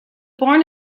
born